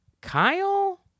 kyle